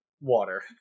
water